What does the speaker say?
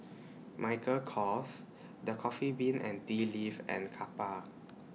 Michael Kors The Coffee Bean and Tea Leaf and Kappa